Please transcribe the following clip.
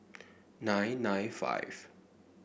nine nine five